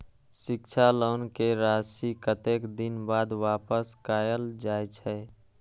शिक्षा लोन के राशी कतेक दिन बाद वापस कायल जाय छै?